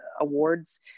awards